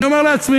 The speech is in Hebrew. אני אומר לעצמי,